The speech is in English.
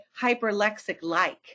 hyperlexic-like